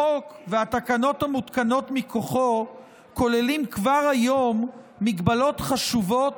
החוק והתקנות המותקנות מתוכו כוללים כבר היום מגבלות חשובות,